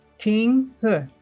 qing he